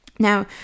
Now